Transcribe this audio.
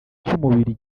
cy’umubiri